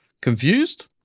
Confused